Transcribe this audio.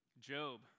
Job